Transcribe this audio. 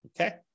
Okay